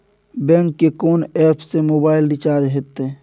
Bank के कोन app से मोबाइल रिचार्ज हेते?